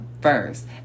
first